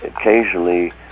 occasionally